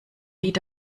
lied